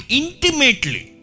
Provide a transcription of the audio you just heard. intimately